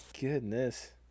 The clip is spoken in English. goodness